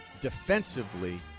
defensively